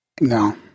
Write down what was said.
No